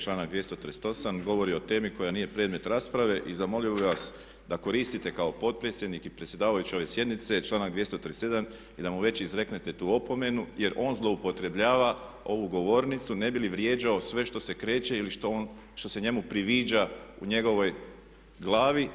Članak 238. govori o temi koja nije predmet rasprave i zamolio bih vas da koristite kao potpredsjednik i predsjedavajući ove sjednice članak … i da mu već izreknete tu opomenu jer on zloupotrjebljava ovu govornicu ne bi li vrijeđao sve što se kreće ili što se njemu priviđa u njegovoj glavi.